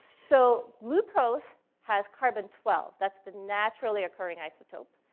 so, glucose has carbon twelve. that's the naturally-occurring isotope.